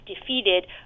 defeated